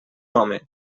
home